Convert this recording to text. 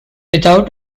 without